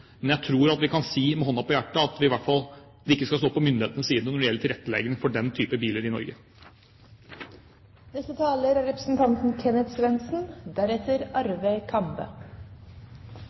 Men jeg tror vi kan si med hånda på hjertet at det i hvert fall ikke skal stå på myndighetene når det gjelder tilrettelegging for den type biler i